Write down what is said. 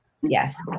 yes